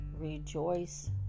Rejoice